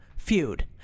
Feud